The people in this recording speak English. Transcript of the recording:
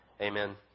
Amen